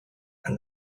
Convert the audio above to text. and